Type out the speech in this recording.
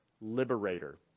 liberator